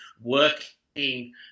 working